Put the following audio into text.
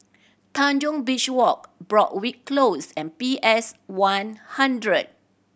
Tanjong Beach Walk Broadrick Close and P S One hundred